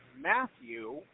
Matthew